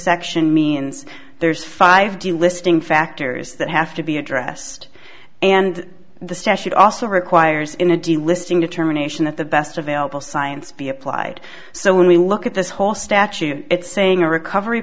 section means there's five delisting factors that have to be addressed and the statute also requires in a delisting determination that the best available science be applied so when we look at this whole statute it's saying a recovery